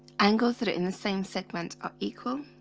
angles that in the same segment are equal